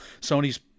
sony's